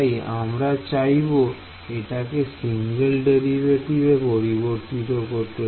তাই আমরা চাইব এটাকে সিঙ্গেল ডেরিভেটিভ এ পরিবর্তিত করতে